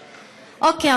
אוקיי,